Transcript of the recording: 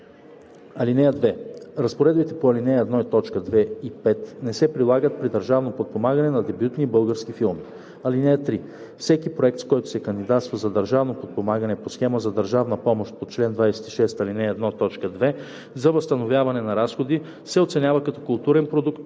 (2) Разпоредбите на ал. 1, т. 2 и 5 не се прилагат при държавно подпомагане на дебютни български филми. (3) Всеки проект, с който се кандидатства за държавно подпомагане по схема за държавна помощ по чл. 26, ал. 1, т. 2 – за възстановяване на разходи, се оценява като културен продукт